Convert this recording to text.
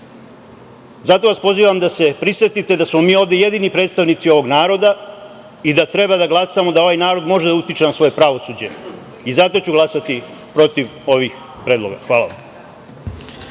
vas pozivam da se prisetite da smo mi ovde jedini predstavnici ovog naroda i da treba da glasamo da ovaj narod može da utiče na svoje pravosuđe i zato ću glasati protiv ovih predloga. Hvala.